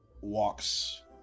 walks